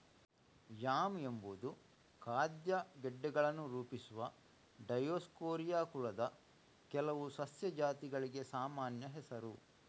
yam ಎಂಬುದು ಖಾದ್ಯ ಗೆಡ್ಡೆಗಳನ್ನು ರೂಪಿಸುವ ಡಯೋಸ್ಕೋರಿಯಾ ಕುಲದ ಕೆಲವು ಸಸ್ಯ ಜಾತಿಗಳಿಗೆ ಸಾಮಾನ್ಯ ಹೆಸರು